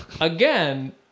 again